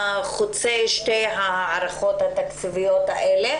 חוצה שתי ההערכות האלה,